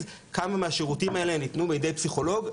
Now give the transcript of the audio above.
כמה מהשירותים האלה ניתנו בידי פסיכולוג?